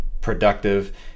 productive